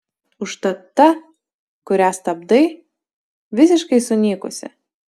užtat ta kuria stabdai visiškai sunykusi